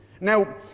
Now